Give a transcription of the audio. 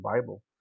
Bible